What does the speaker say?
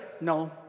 no